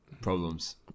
problems